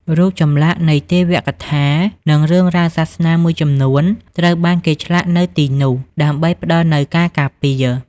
រូបចម្លាក់នៃទេវកថា និងរឿងរ៉ាវសាសនាមួយចំនួនត្រូវបានគេឆ្លាក់នៅទីនោះ ដើម្បីផ្តល់នូវការការពារ។